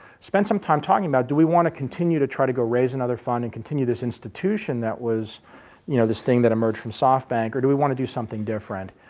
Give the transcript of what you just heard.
spent some time talking about do we want to continue to try to go raise another fund and continue this institution that was you know this thing that emerged from softbank or do we want to do something different?